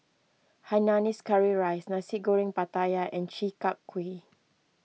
Hainanese Curry Rice Nasi Goreng Pattaya and Chi Kak Kuih